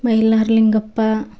Mylara Lingappa